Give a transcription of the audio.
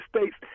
states